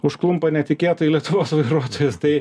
užklumpa netikėtai lietuvos vairuotojus tai